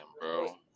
bro